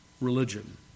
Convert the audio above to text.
religion